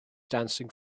dancing